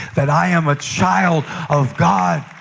that i am a child of god,